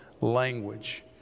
language